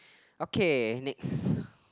okay next